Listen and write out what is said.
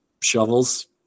shovels